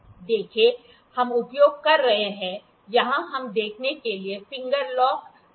देखें हम उपयोग कर रहे हैं यहां हम देखने के लिए फिंगर लॉक का उपयोग कर रहे हैं